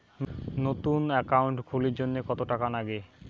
নতুন একাউন্ট খুলির জন্যে কত টাকা নাগে?